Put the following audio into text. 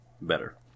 better